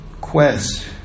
quest